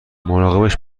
مراقبش